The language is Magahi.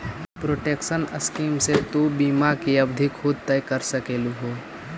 प्रोटेक्शन स्कीम से तु बीमा की अवधि खुद तय कर सकलू हे